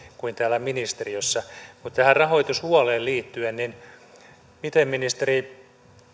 kuin täällä ministeriössä mutta tähän rahoitushuoleen liittyen miten on ministeri